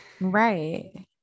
Right